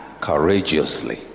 courageously